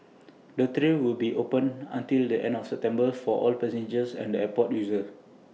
the trail will be open until the end of September for all passengers and airport users